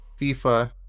FIFA